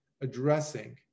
addressing